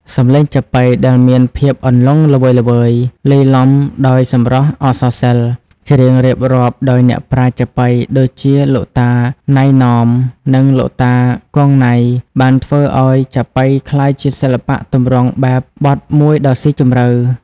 សម្លេងចាប៉ីដែលមានភាពអន្លង់ល្វើយៗ លាយឡំដោយសម្រស់អក្សរសិល្ប៍ ច្រៀងរៀបរាប់ដោយអ្នកប្រាជ្ញចាប៉ី ដូចជាលោកតា ណៃ ណម និងលោកតា គង់ ណៃ បានធ្វើឱ្យចាប៉ីក្លាយជាសិល្បៈទម្រង់បែបបទមួយដ៏ស៊ីជម្រៅ។